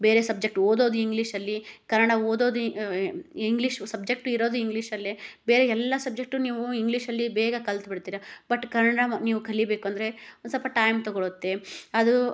ಬೇರೆ ಸಬ್ಜೆಕ್ಟ್ ಓದೋದು ಇಂಗ್ಲೀಷಲ್ಲಿ ಕನ್ನಡ ಓದೋದು ಇಂಗ್ಲೀಷು ಸಬ್ಜೆಕ್ಟ್ ಇರೋದು ಇಂಗ್ಲೀಷಲ್ಲೇ ಬೇರೆ ಎಲ್ಲಾ ಸಬ್ಜೆಕ್ಟು ನೀವು ಇಂಗ್ಲೀಷಲ್ಲಿ ಬೇಗ ಕಲ್ತ್ಬಿಡ್ತೀರಾ ಬಟ್ ಕನ್ನಡ ಮ ನೀವು ಕಲಿಬೇಕಂದರೆ ಒಂದು ಸ್ವಲ್ಪ ಟೈಮ್ ತಗೊಳುತ್ತೆ ಅದು